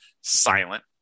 Silent